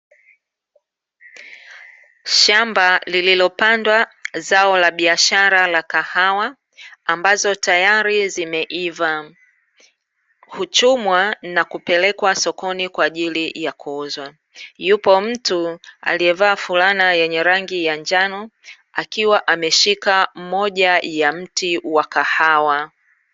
Shamba lililopandwa zao la biashara la kahawa ambazo tayari zimeiva, huchumwa na kupelekwa sokoni kwa ajili ya kuuzwa. Yupo mtu aliyevaa suruali ya rangi ya njano, akiwa ameshika moja ya mti wa kahawa.